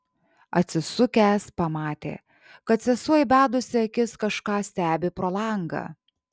atsisukęs pamatė kad sesuo įbedusi akis kažką stebi pro langą